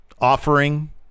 offering